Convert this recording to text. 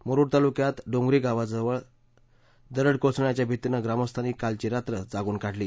मुरूड तालुक्यात डोंगरी गावावर दरड कोसळण्याच्या भीतीनं ग्रामस्थांनी कालची रात्र जागून काढली